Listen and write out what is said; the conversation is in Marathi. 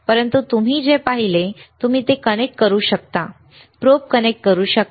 परंतु तुम्ही जे पाहिले ते तुम्ही ते कनेक्ट करू शकता प्रोब कनेक्ट करू शकता